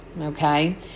Okay